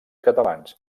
catalans